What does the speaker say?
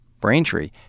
Braintree